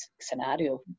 scenario